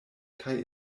kaj